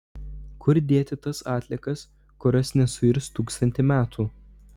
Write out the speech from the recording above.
kur dėti tas atliekas kurios nesuirs tūkstantį metų